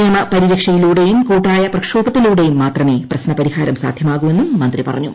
നിയമ പരിരക്ഷയിലൂടെയും കൂട്ടായ പ്രക്ഷോഭത്തിലൂടെയും മാത്രമേ പ്രശ്നപരിഹാരം സാധ്യമാകൂ എന്നും മന്ത്രി പറഞ്ഞു